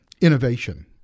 innovation